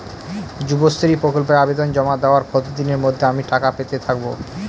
যুবশ্রী প্রকল্পে আবেদন জমা দেওয়ার কতদিনের মধ্যে আমি টাকা পেতে থাকব?